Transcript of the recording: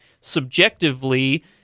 subjectively